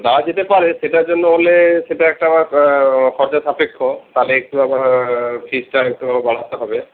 যাওয়া যেতে পারে সেটার জন্য হলে সেটা একটা আবার খরচা সাপেক্ষ তাহলে একটু আবার ফিজটা একটু বাড়াতে হবে